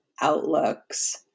outlooks